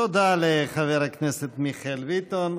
תודה לחבר הכנסת מיכאל ביטון.